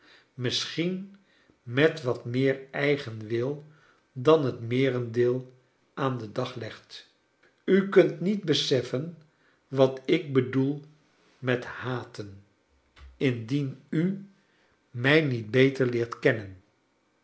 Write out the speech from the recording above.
misschien met wat meer eigen wil dan het meerendeel aan den dag legt u kunt niet beseffen wat ik bedoel met haten indien u mij niet beter leert kennen